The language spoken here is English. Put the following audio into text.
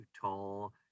tall